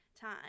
time